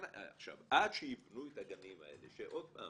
עד שיבנו את הגנים האלה, ועוד פעם